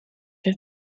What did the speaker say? have